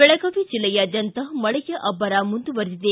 ಬೆಳಗಾವಿ ಜಿಲ್ಲೆಯಾದ್ವಂತ ಮಳೆಯ ಅಭ್ಗರ ಮುಂದುವರಿದಿದೆ